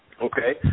Okay